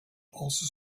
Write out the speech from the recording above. also